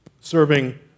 serving